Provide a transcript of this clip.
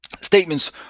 statements